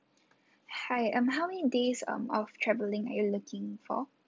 hi um how many days um of travelling are you looking for